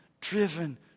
driven